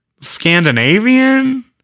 Scandinavian